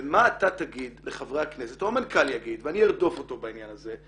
ומה אתה תגיד לחברי הכנסת או המנכ"ל יגיד ואני ארדוף אותו בעניין הזה,